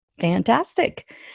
Fantastic